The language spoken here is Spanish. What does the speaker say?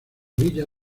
grilla